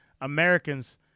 Americans